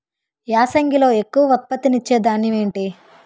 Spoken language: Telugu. యాసంగిలో ఎక్కువ ఉత్పత్తిని ఇచే ధాన్యం ఏంటి?